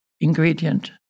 ingredient